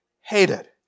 hated